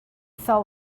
fell